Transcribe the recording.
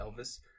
Elvis